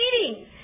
eating